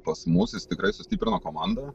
pas mus jis tikrai sustiprino komandą